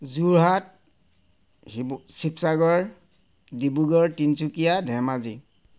Jorhat Sivasagar Dibrugarh Tinsukia Dhemaji